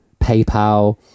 paypal